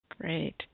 Great